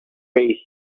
raise